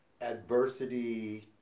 adversity